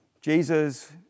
Jesus